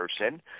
person